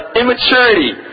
immaturity